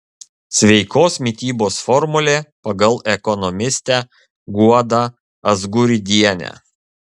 sveikos mitybos formulė pagal ekonomistę guodą azguridienę